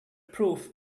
proof